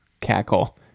cackle